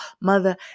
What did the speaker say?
mother